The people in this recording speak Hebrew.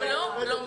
הם לא לומדים.